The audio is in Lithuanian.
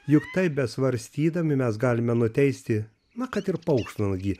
juk taip besvarstydami mes galime nuteisti na kad ir paukštvanagį